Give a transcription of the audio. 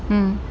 mm